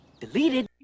deleted